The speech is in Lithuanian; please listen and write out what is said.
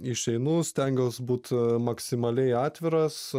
išeinu stengiaus būt maksimaliai atviras